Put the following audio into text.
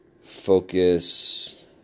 focus